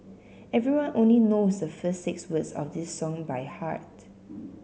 everyone only knows the first six words of this song by heart